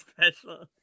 special